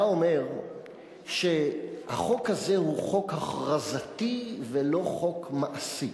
אתה אומר שהחוק הזה הוא חוק הכרזתי ולא חוק מעשי.